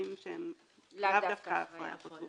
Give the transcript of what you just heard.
טיפולים שהם לאו דווקא הפריה חוץ גופית.